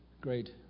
great